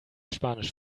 spanisch